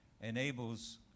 enables